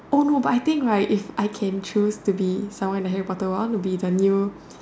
oh no but I think right if I can choose someone to be in the Harry-Potter world I want to be the new